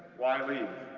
why leave?